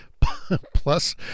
plus